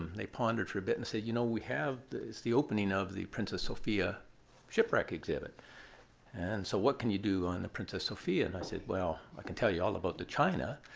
they pondered for a bit and said, you know we have it's the opening of the princess sophia shipwreck exhibit and so, what can you do on the princess sophia? and i said, well, i can tell you all about the china.